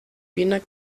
wiener